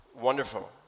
wonderful